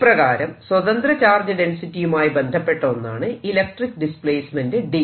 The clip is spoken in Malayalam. ഇപ്രകാരം സ്വതന്ത്ര ചാർജ് ഡെൻസിറ്റിയുമായി ബന്ധപ്പെട്ട ഒന്നാണ് ഇലക്ട്രിക് ഡിസ്പ്ലേസ്മെന്റ് D